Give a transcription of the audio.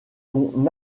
qu’on